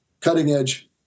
cutting-edge